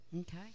Okay